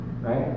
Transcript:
right